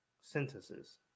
sentences